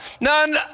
None